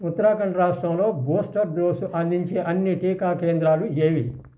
ఉత్తరాఖండ్ రాష్ట్రంలో booster dose అందించే అన్ని టీకా కేంద్రాలు ఏవి